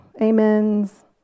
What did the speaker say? amens